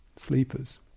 sleepers